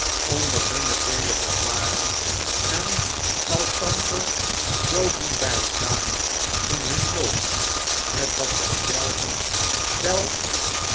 onder hunne vele bezwaren en elkander zoo doen bijstaan in hun nood met wat zii zelven wel